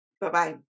Bye-bye